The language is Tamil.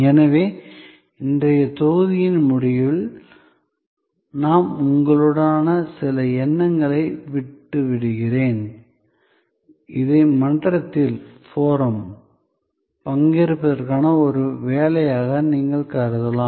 எனவே இன்றைய தொகுதியின் முடிவில் நான் உங்களுடன் சில எண்ணங்களை விட்டு விடுகிறேன் இதை மன்றத்தில்போரம் பங்கேற்பதற்கான ஒரு வேலையாக நீங்கள் கருதலாம்